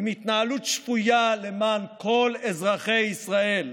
עם התנהלות שפויה למען כל אזרחי ישראל.